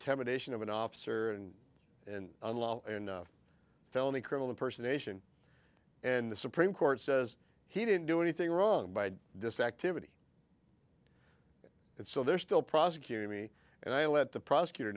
temptation of an officer and and a felony criminal person nation and the supreme court says he didn't do anything wrong by this activity and so they're still prosecuting me and i let the prosecutor